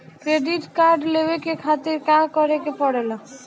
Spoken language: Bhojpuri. क्रेडिट कार्ड लेवे के खातिर का करेके पड़ेला?